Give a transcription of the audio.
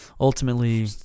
Ultimately